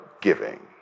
giving